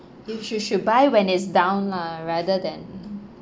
you should should buy when is down lah rather than